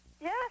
Yes